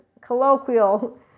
colloquial